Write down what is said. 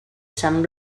sant